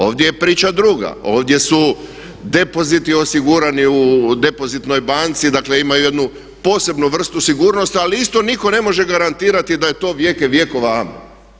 Ovdje je priča druga, ovdje su depoziti osigurani u depozitnoj banci, dakle imaju jednu posebnu vrstu sigurnosti ali isto nitko ne može garantirati da je to vijeke vjekova Amen.